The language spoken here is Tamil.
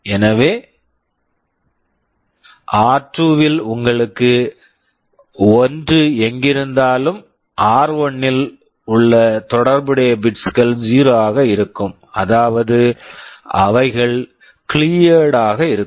எனவே ஆர்2 r2 இல் உங்களுக்கு 1 எங்கிருந்தாலும் ஆர்1 r1 இல் உள்ள தொடர்புடைய பிட்ஸ் bits கள் 0 ஆக இருக்கும் அதாவது அவைகள் கிளீயர்ட் cleared ஆக இருக்கும்